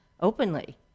openly